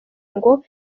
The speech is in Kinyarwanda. ngo